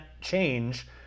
change